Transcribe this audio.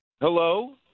Hello